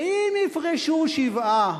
ואם יפרשו שבעה